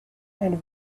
and